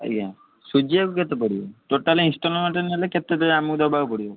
ଆଜ୍ଞା ସୁଝିବାକୁ କେତେ ପଡ଼ିବ ଟୋଟାଲି ଇନଷ୍ଟଲମେଣ୍ଟରେ ନେଲେ କେତେ ଆମକୁ ଦେବାକୁ ପଡ଼ିବ